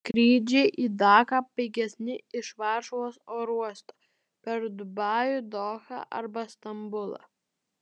skrydžiai į daką pigesni iš varšuvos oro uosto per dubajų dohą arba stambulą